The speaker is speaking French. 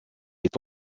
est